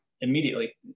Immediately